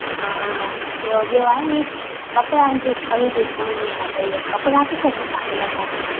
हा ॿियो ॿियो आहे नी कपिड़नि जी खरीदी करणी आहे त ईअ कपिड़ा किथे सुठा मिलंदा आहिनि